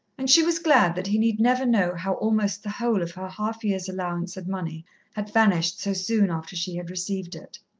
and she was glad that he need never know how almost the whole of her half-year's allowance of money had vanished so soon after she had received it.